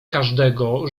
każdego